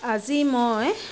আজি মই